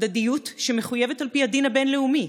הדדיות שמחויבת על פי הדין הבין-לאומי,